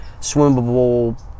swimmable